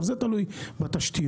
זה תלוי בתשתיות,